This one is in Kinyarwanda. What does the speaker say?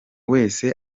wese